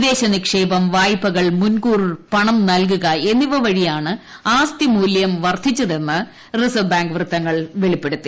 വിദേശ നിക്ഷേപം വായ്പകൾ മുൻകൂർ പണം നൽകുക എന്നിവ വഴിയാണ് ആസ്തി മൂല്യം വർദ്ധിച്ചതെന്ന് റിസർവ് ബാങ്ക് വൃത്തങ്ങൾ വെളിപ്പെടുത്തി